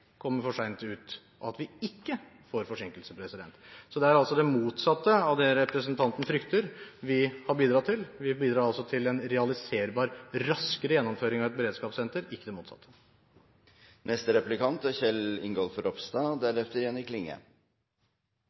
kommer for sent ut, og at vi ikke får forsinkelser. Så det er altså det motsatte av det representanten frykter, vi har bidratt til. Vi bidrar til en realiserbar og raskere gjennomføring av et beredskapssenter, ikke det motsatte. Jeg brukte mitt innlegg til å rose statsråden for handlekraft. Jeg er